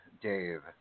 Dave